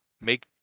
make